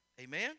amen